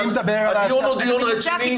הדיון הוא דיון רציני.